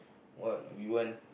what we want